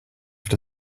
have